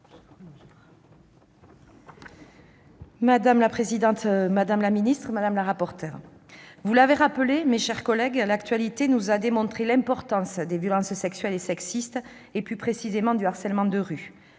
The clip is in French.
Madame la présidente, madame la secrétaire d'État, madame la rapporteur, vous l'avez rappelé, mes chers collègues, l'actualité nous a démontré l'importance des violences sexuelles et sexistes et plus précisément du harcèlement de rue.